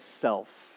self